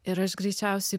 ir aš greičiausiai